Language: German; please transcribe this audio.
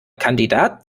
kandidat